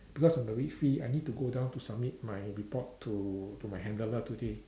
because I'm abit free I need to go down to submit my report to to my handler today